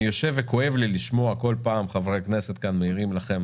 אני יושב וכואב לי לשמוע בכל פעם חברי כאן מעירים לכם